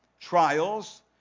trials